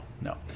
no